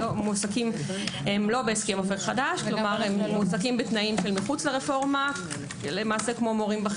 מועסקים לא באופק חדש כלומר מועסקים בתנאים של מחוץ לרפורמה כמו מורים,